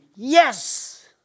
Yes